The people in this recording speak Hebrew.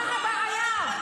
מה הבעיה?